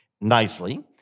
nicely